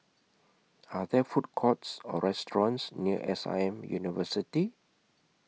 Are There Food Courts Or restaurants near S I M University